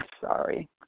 sorry